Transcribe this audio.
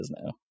now